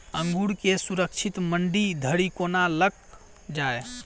अंगूर केँ सुरक्षित मंडी धरि कोना लकऽ जाय?